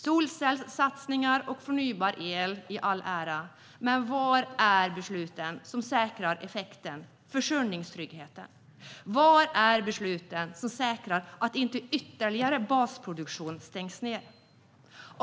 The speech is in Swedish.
Solcellssatsningar och ny förnybar el i all ära, men var är besluten som säkrar effekten och försörjningstryggheten? Var är besluten som säkrar att inte ytterligare basproduktion stängs ned?